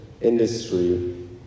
industry